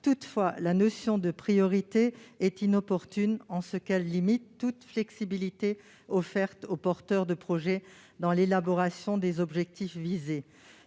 Toutefois, la notion de priorité est inopportune en ce qu'elle limite la flexibilité offerte aux porteurs de projet dans l'élaboration des objectifs ;